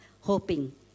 hoping